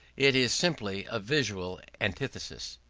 it is simply a visual antithesis.